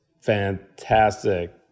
fantastic